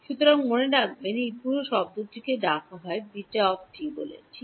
সুতরাং মনে রাখবেন এই পুরো শব্দটিকে ডাকা হয় β ডান